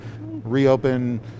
reopen